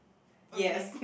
okay